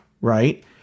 right